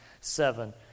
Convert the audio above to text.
seven